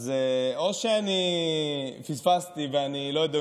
אז או שאני פספסתי ואני לא יודע,